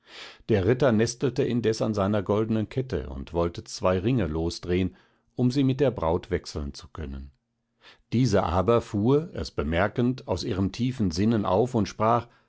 der ritter nestelte indes an seiner goldnen kette und wollte zwei ringe losdrehen um sie mit der braut wechseln zu können diese aber fuhr es bemerkend aus ihrem tiefen sinnen auf und sprach